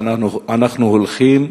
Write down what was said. ואנחנו הולכים